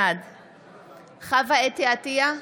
בעד חוה אתי עטייה,